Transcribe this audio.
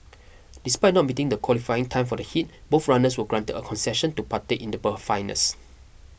despite not meeting the qualifying time for the heat both runners were granted a concession to partake in the finals